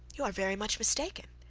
you are very much mistaken.